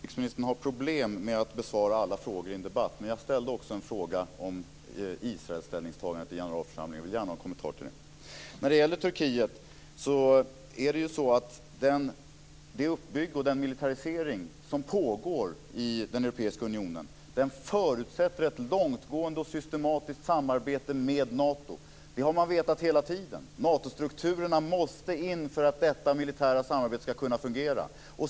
Fru talman! Jag har förståelse för att utrikesministern har problem med att besvara alla frågor i en debatt. Men jag ställde också en fråga om ställningstagandet när det gäller Israel i generalförsamlingen, och jag vill gärna ha en kommentar till det. När det gäller Turkiet är det ju så att den uppbyggnad och den militarisering som pågår i den europeiska unionen förutsätter ett långtgående och systematiskt samarbete med Nato. Det har man vetat hela tiden. Natostrukturerna måste in för att detta militära samarbete ska kunna fungera.